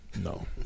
No